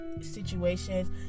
situations